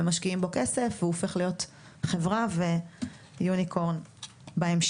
משקיעים בו כסף והוא הופך להיות חברה ויוניקורן בהמשך.